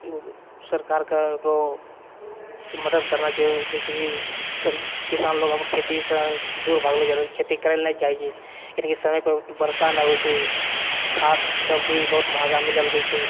सरकारके ओकरो मदद करना चाही जेकि सब किसान लोग खेतीसँ दूर भागलो जाए रहल छै खेती करैत ला नहि चाहैत छै कैलाकि समय पर बरसा नहि होइत छै खाद्य सब भी बहुत मँहगा मिलऽ लगैत छै